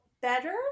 better